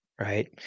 right